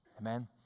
Amen